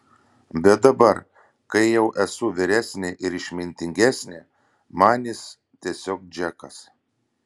bet dabar kai jau esu vyresnė ir išmintingesnė man jis tiesiog džekas